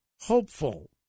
hopeful